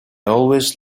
always